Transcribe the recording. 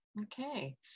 Okay